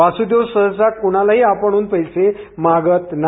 वासुदेव सहसा कुणालाही आपणहुन पैसे मागत नाही